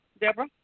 Deborah